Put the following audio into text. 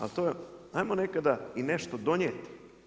Ali to je, hajmo nekada i nešto donijeti.